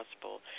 possible